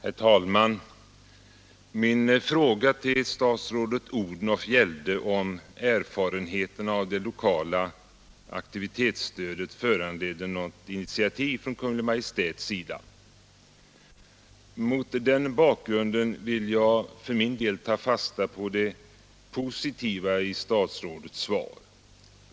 Herr talman! Min fråga till statsrådet fru Odhnoff gällde om erfarenheterna av det lokala aktivitetsstödet till ungdomsverksamheten föranledde något initiativ från Kungl. Maj:ts sida. Mot den bakgrunden vill jag för min del ta fasta på det positiva i statsrådets svar.